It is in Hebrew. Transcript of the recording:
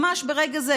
ממש ברגע זה,